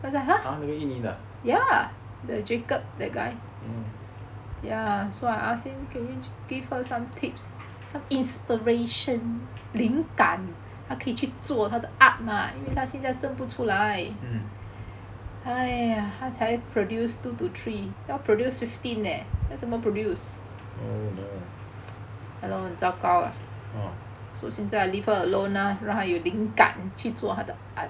!huh! 回旖旎了 ah oh no